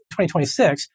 2026